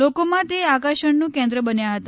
લોકોમાં તે આકર્ષણનું કેંદ્ર બન્યા હતા